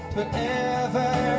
Forever